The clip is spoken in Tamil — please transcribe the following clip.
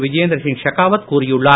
விஜயேந்திரசிங் ஷெகாவத் கூறியுள்ளார்